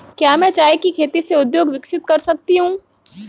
क्या मैं चाय की खेती से उद्योग विकसित कर सकती हूं?